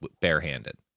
barehanded